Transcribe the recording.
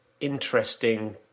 interesting